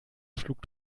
schlug